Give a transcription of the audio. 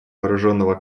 вооруженного